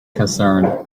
concerned